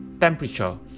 temperature